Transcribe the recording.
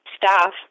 staff